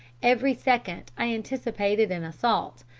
every second i anticipated an assault,